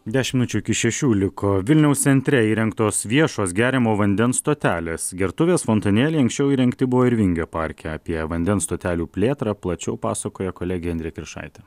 dešim minučių iki šešių liko vilniaus centre įrengtos viešos geriamo vandens stotelės gertuvės fontanėliai anksčiau įrengti buvo ir vingio parke apie vandens stotelių plėtrą plačiau pasakoja kolegė indrė kiršaitė